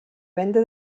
venda